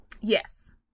Yes